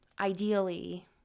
ideally